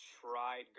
tried